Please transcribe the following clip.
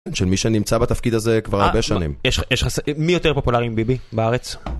של מי שנמצא בתפקיד הזה כבר הרבה שנים. יש לך... מי יותר פופולרי עם ביבי בארץ?